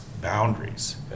boundaries